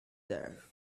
there